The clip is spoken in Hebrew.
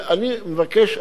ואני מבקש,